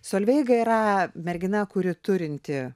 solveiga yra mergina kuri turinti